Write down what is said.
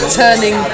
turning